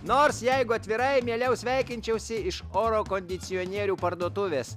nors jeigu atvirai mieliau sveikinčiausi iš oro kondicionierių parduotuvės